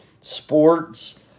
sports